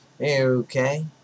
Okay